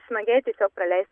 smagiai tiesiog praleist